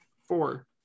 Four